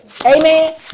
Amen